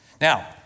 Now